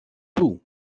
two